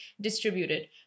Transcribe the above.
distributed